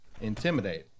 Intimidate